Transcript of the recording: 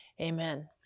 Amen